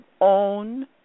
own